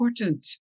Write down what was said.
important